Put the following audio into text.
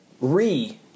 Re